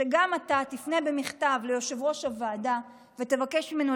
שגם אתה תפנה במכתב ליושב-ראש הוועדה ותבקש ממנו